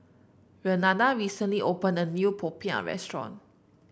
Renada recently opened a new popiah restaurant